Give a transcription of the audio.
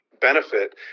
benefit